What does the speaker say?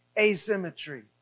asymmetry